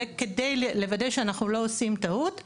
וכדי לוודא שאנחנו לא עושים טעות,